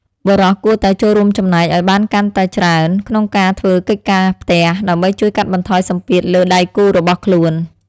បុរសគួរតែចូលរួមចំណែកឱ្យបានកាន់តែច្រើនក្នុងការធ្វើកិច្ចការផ្ទះ ដើម្បីជួយកាត់បន្ថយសម្ពាធលើដៃគូរបស់ខ្លួន។